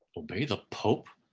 obey the pope,